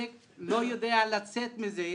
הקונפליקט בו אני נמצא ולא יודע לצאת ממנו הוא